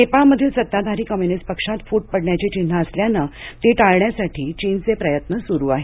नेपाळमधील सत्ताधारी कम्यूनिस्ट पक्षात फूट पडण्याची चिन्हे असल्यानं ती टाळण्यासाठी चीनचे प्रयत्न सुरू आहेत